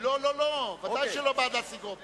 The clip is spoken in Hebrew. ודאי שלא בעד להשיג רוב.